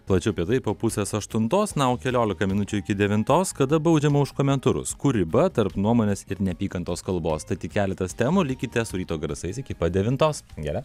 plačiau apie tai po pusės aštuntos na o keliolika minučių iki devintos kada baudžiama už komentarus kur riba tarp nuomonės ir neapykantos kalbos tai tik keletas temų likite su ryto garsais iki pat devintos angele